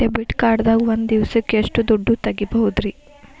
Debit card ದಾಗ ಒಂದ್ ದಿವಸಕ್ಕ ಎಷ್ಟು ದುಡ್ಡ ತೆಗಿಬಹುದ್ರಿ?